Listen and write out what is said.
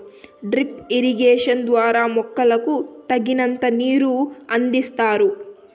drip irrigation ద్వారా మొక్కకు తగినంత నీరును అందిస్తారు